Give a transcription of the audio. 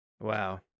Wow